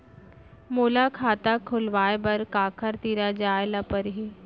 मोला खाता खोलवाय बर काखर तिरा जाय ल परही?